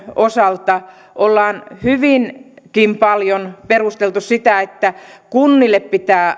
osalta ollaan hyvinkin paljon perusteltu sitä että kunnille pitää